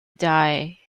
die